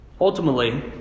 Ultimately